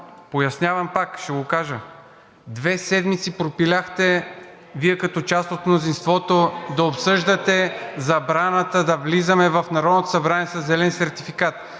пояснявам пак и ще го кажа: две седмици пропиляхте – Вие като част от мнозинството, да обсъждате забраната да влизаме в Народното събрание със зелен сертификат.